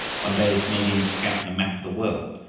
one day the canadian took out a map of the world,